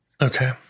Okay